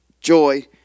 Joy